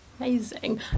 Amazing